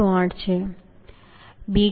133 છે